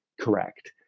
correct